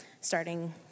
starting